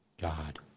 God